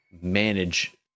manage